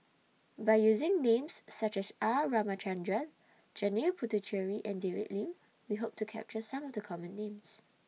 By using Names such as R Ramachandran Janil Puthucheary and David Lim We Hope to capture Some of The Common Names